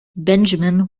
benjamin